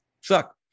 suck